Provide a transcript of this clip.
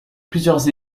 plusieurs